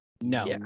No